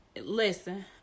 listen